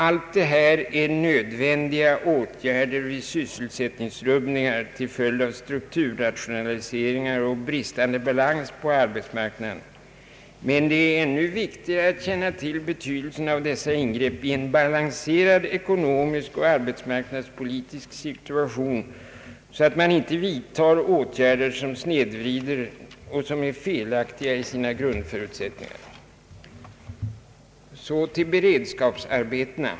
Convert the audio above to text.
Allt detta är nödvändiga åtgärder vid sysselsättningsrubbningar till följd av strukturrationaliseringar och bristande balans på arbetsmarknaden. Men det är ännu viktigare att känna till betydelsen av dessa ingrepp i en balanserad ekonomisk och arbetsmarknadspolitisk situation så att man inte vidtar åtgärder som snedvrider och som är felaktiga i sina grundförutsättningar. Så till beredskapsarbetena.